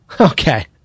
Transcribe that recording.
Okay